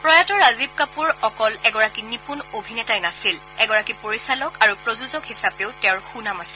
প্ৰয়াত ৰাজীৱ কাপুৰ অকল এগৰাকী নিপুণ অভিনেতাই নাছিল এগৰাকী পৰিচালক আৰু প্ৰযোজক হিচাপেও তেওঁৰ সুনাম আছিল